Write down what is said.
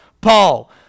Paul